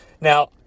Now